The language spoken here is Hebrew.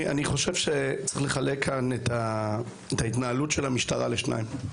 אני חושב שצריך לחלק כאן את ההתנהלות של המשטרה לשניים.